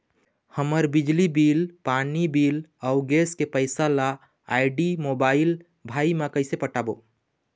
हमर बिजली बिल, पानी बिल, अऊ गैस के पैसा ला आईडी, मोबाइल, भाई मे कइसे पटाबो?